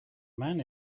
man